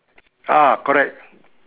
ah correct